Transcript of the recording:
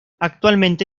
actualmente